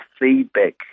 feedback